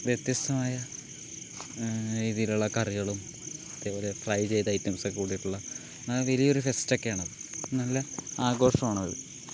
വ്യത്യസ്തമായ രീതിയിലുള്ള കറികളും അതേപോലെ ഫ്രൈ ചെയ്ത ഐറ്റംസൊക്കെ കൂടിയിട്ടുള്ള നല്ല വലിയൊരു ഫെസ്റ്റൊക്കെയാണത് നല്ല ആഘോഷം ആണത്